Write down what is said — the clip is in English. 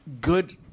Good